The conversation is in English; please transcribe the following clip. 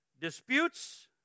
Disputes